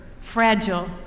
fragile